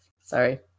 Sorry